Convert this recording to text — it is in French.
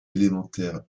élémentaires